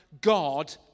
God